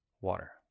water